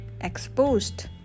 exposed